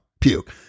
puke